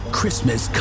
Christmas